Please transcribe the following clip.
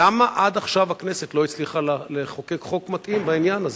למה עד עכשיו הכנסת לא הצליחה לחוקק חוק מתאים בעניין הזה?